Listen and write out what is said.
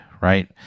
right